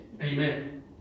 amen